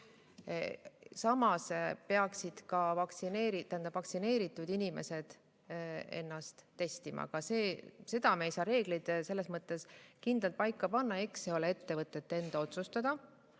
Samas peaksid ka vaktsineeritud inimesed ennast testima. Aga me ei saa reegleid kindlalt paika panna, eks see ole ettevõtete enda otsustada.